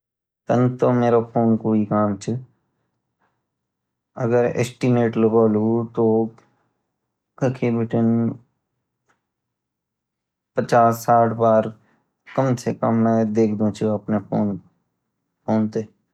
तंत तो मेरो फ़ोन को ही काम च अगर एस्टीमेट लगोलू तो कके बिटन पचास - साठ बार कम से कम मैं देखदु च अपने फ़ोन को